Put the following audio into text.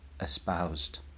espoused